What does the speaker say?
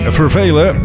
vervelen